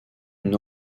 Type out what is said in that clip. une